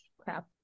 crap